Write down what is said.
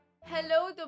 Hello